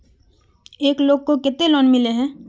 एक लोग को केते लोन मिले है?